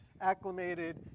acclimated